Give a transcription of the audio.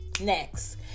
next